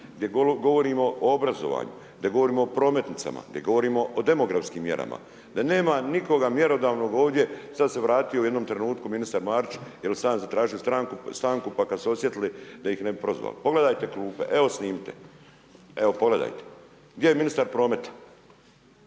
gdje govorimo o obrazovanju, gdje govorimo o prometnicama, gdje govorimo o demografskim mjerama, da nema nikoga mjerodavnog ovdje, sad se vratio u jednom trenutku ministar Marić, jer sam ja zatražio stanku, pa kad su osjetili da ih ne bi prozvali. Pogledajte klupe. Evo snimite, evo pogledajte, gdje je ministar prometa?